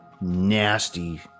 nasty